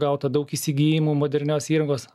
gauta daug įsigijimų modernios įrangos